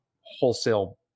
wholesale